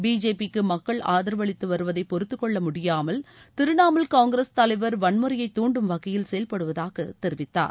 பிஜேபிக்கு மக்கள் ஆதரவளித்து வருவதை பொறுத்துக்கொள்ள முடியாமல் திரிணாமுல் காங்கிரஸ் தலைவர் வன்முறையை தூண்டும் வகையில் செயல்படுவதாக தெரிவித்தார்